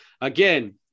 again